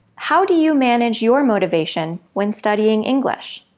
how do you manage your motivation when studying english?